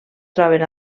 troben